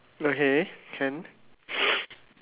okay can